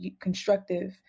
constructive